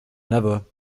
never